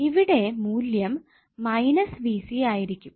ഇവിടെ മൂല്യം ആയിരിക്കും